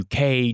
UK